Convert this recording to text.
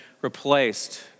replaced